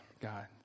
God